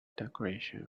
decoration